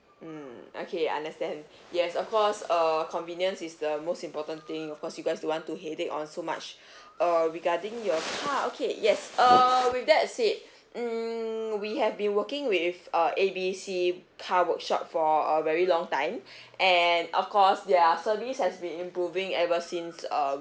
mm okay understand yes of course err convenience is the most important thing of course you guys don't want to headache on so much uh regarding your car okay yes err with that said mm we have been working with uh A B C car workshop for a very long time and of course their service has been improving ever since uh